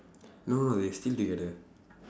no no they still together